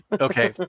Okay